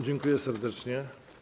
Dziękuję serdecznie.